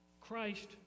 Christ